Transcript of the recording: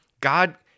God